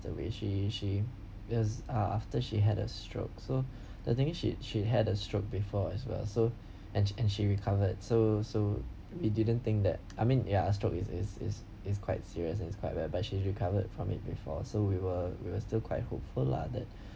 away she she does uh after she had a stroke so actually she she had a stroke before as well so and she and she recovered so so we didn't think that I mean yeah stroke is is is is quite serious and quite rare but she's recovered from it before so we were we were still quite hopeful lah that